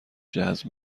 جذب